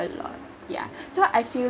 a lot yeah so I feel